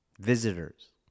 Visitors